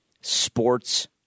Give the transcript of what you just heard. sports